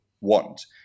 want